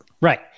Right